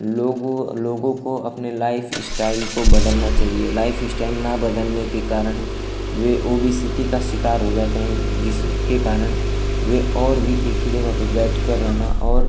लोगों लोगों को अपनी लाइफ़ स्टाइल को बदलना चाहिए लाइफ़ स्टाइल न बदलने के कारण वह ओबेसिटी का शिकार हो जाते हैं जिसके कारण वह और भी एक ही जगह पर बैठकर रहना और